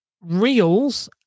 reels